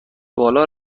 بالا